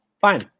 fine